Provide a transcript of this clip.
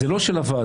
זה לא של הוועדה,